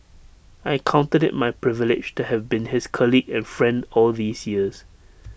I counted IT my privilege to have been his colleague and friend all these years